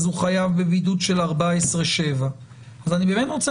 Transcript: אותו אדם חייב בבידוד של 14/7. אני באמת רוצה